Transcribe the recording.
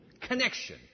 connection